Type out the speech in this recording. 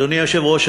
אדוני היושב-ראש,